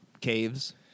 caves